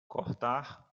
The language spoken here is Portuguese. cortar